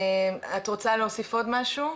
את רוצה להוסיף עוד משהו?